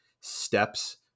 steps